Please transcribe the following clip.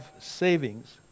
savings